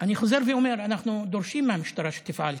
אני חוזר ואומר: אנחנו דורשים מהמשטרה שתפעל,